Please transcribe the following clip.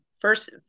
first